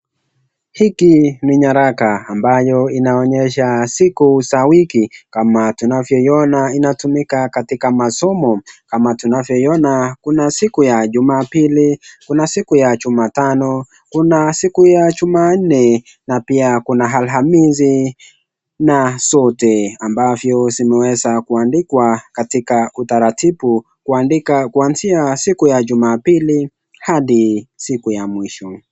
Hiki ni nyaraka ambayo inaonyesha siku za wiki. Kama tunavyoiona inatumika katika masomo. Kama tunavyoiona kuna siku ya Jumapili, kuna siku ya Jumatano, kuna siku ya Jumanne na pia kuna Alhamisi na zote ambavyo zimeweza kuandikwa katika utaratibu kuandika kuanzia siku ya Jumapili hadi siku ya mwisho.